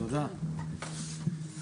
הישיבה ננעלה בשעה 13:30.